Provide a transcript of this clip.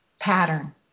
pattern